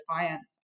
defiance